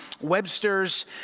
Webster's